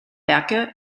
werke